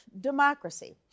democracy